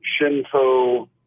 Shinto